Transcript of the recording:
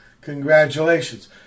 Congratulations